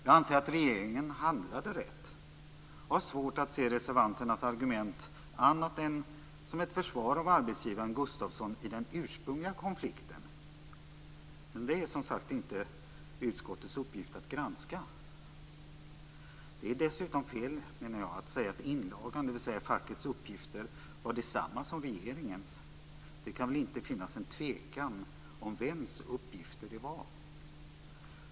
Jag anser att regeringen handlade rätt och har svårt att se reservanternas argument som någonting annat än ett försvar av arbetsgivaren Gustafsson i den ursprungliga konflikten. Det är, som sagt, inte utskottets uppgift att granska. Dessutom är det fel, menar jag, att säga att inlagan, dvs. fackets uppgifter, var densamma som regeringens. Det kan väl inte finnas en tvekan om vems uppgifter det var.